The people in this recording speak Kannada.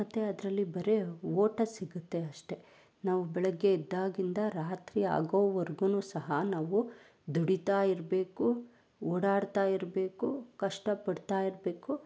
ಮತ್ತೆ ಅದರಲ್ಲಿ ಬರೀ ಓಟ ಸಿಗುತ್ತೆ ಅಷ್ಟೇ ನಾವು ಬೆಳಗ್ಗೆ ಎದ್ಧಾಗಿಂದ ರಾತ್ರಿ ಆಗೋವರ್ಗು ಸಹ ನಾವು ದುಡಿತಾ ಇರಬೇಕು ಓಡಾಡ್ತಾ ಇರಬೇಕು ಕಷ್ಟಪಡ್ತಾ ಇರಬೇಕು